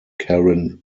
karen